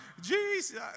Jesus